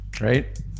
right